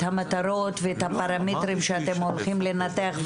המטרות ואת הפרמטרים שאתם הולכים לנתח?